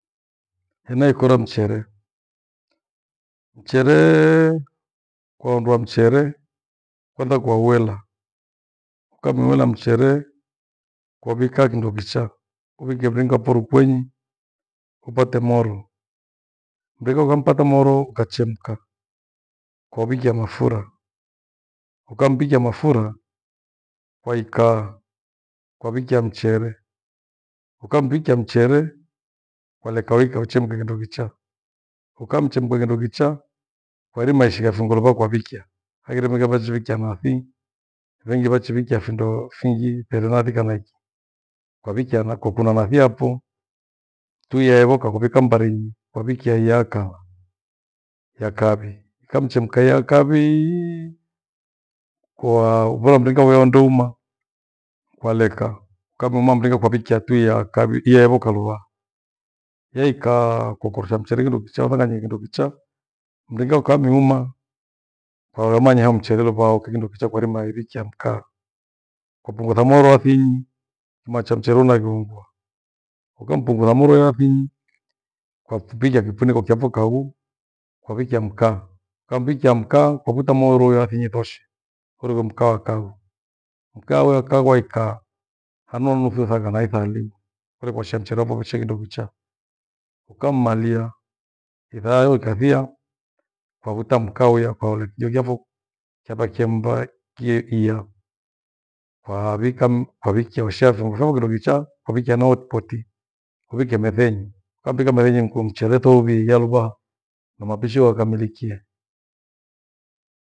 Hena ikora mchere, mcheree kwaondoa mchere kwaenda kwa uwela. Ukamuwela mcheree kovika kindo kichaa, uvike mringa wapho rukwenyi upate moro. Mringa ungampata moro ukamchemka kwa uwikia maphura, ukamivikia maphura kwa ikaa kwa uvikia mchere, ukamivikia mchere kwalekawika uchemke kindo kichaa. Ukamchemka kindokichaa kwairima ishigha viungo luva kwa vikia. Hangire vikachiwikia nathi, wengi vachivikia findo fingi heri nathi kana iki. Kwa vikia na kukuna nathi yapho tue iya yaevoka kwa vika mbarinyi kwavikia iya kha ya kavi ikamchemka ya kavii koa uya mringa wia undeuma kwaleka. Ukagoma mringa ukavikia tui ya kavi iyoyaevo kalua. Yaikaa kwakorosha mchere kindokichaa ithanganyike kindokicha mringaa ukamiuma kwaoramanya mchere luvao uke kindokichaa kwa irima uvikia mkaa kwapungutha moro wathinyi uimacha mchere unagheungua. Ukapunghutha moro ya thinyi kwa fupikia kiphiniko kyafo kao kwa vikia mkaa. Ukamivikia mkaa kwa vuta moro uya wathinyi thoshe koriwe mkaa wa kawi. Mkaa uya uya wa kawi waikaa hanu ha nusu saa kana isaa ithima koli kwashigha mchere wapho ushe kindokichaa. Ukamalia lithaa hilo likathia kwavuta mkaa wia kwalolea kindo chapho kyaba kie mbai kye iya kwawikam- kwawikiaosha vyombo vyako kindo kichaa kwawikia na hotipoti uwikie methenyi, ukamvika methenyi nikuchere thovia luvaha na mapishi yakamilike.